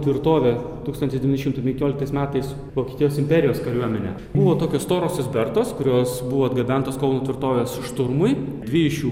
tvirtovę tūkstantis devyni šimtai penkioliktais metais vokietijos imperijos kariuomenė buvo tokios storosios bertos kurios buvo atgabentos kauno tvirtovės šturmui dvi iš jų